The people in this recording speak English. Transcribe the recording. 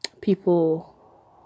people